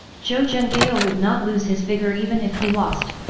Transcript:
zhou zhenghao ah would not lose his vigour even if he lost,